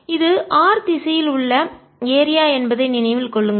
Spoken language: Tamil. இது r திசையில் உள்ள ஏரியா என்பதை நினைவில் கொள்ளுங்கள்